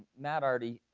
matt already